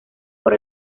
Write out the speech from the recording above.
por